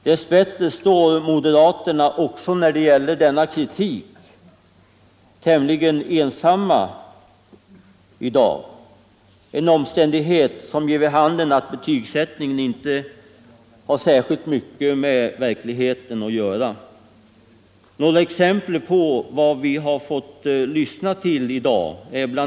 Dess bättre står moderaterna i dag också när det gäller denna kritik tämligen ensamma, en omständighet som ger vid handen att betygsättningen inte har särskilt mycket med verkligheten att göra. Några exempel på vad vi har fått lyssna till i dag kan anföras.